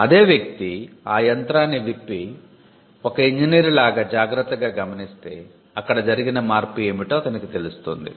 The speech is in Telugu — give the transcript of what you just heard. అదే వ్యక్తి అ యంత్రాన్ని విప్పి ఒక ఇంజనీర్ లాగ జాగ్రత్తగా గమనిస్తే అక్కడ జరిగిన మార్పు ఏమిటో అతనికి తెలుస్తుంది